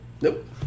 Nope